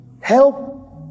help